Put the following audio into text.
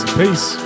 peace